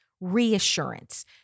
reassurance